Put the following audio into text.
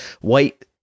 White